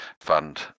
fund